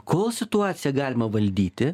kol situaciją galima valdyti